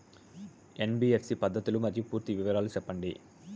NBFC పద్ధతులు మరియు పూర్తి వివరాలు సెప్పండి?